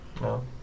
No